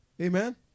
Amen